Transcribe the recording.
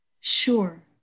Sure